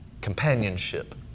companionship